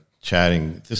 chatting